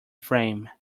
flame